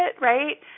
right